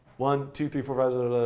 one, two, three, four,